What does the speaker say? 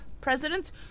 president